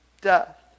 death